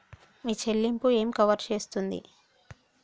మీ చెల్లింపు ఏమి కవర్ చేస్తుంది?